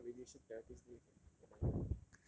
if you become radiation therapist then you can earn money [what]